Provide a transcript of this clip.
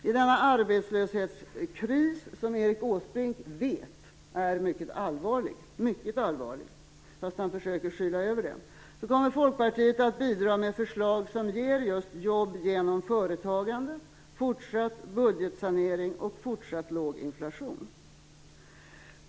I denna arbetslöshetskris som Erik Åsbrink vet är mycket allvarlig, fast han försöker att skyla över det, kommer Folkpartiet att bidra med förslag som ger just jobb genom företagande, fortsatt budgetsanering och fortsatt låg inflation.